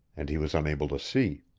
and he was unable to see.